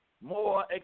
more